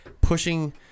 pushing